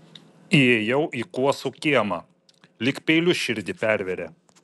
įėjau į kuosų kiemą lyg peiliu širdį pervėrė